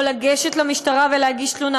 או לגשת למשטרה ולהגיש תלונה,